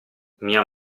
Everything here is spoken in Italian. mia